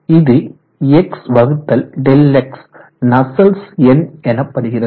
இது XΔx Nusselt's எண் Nusselts number எனப்படுகிறது